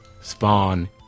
spawn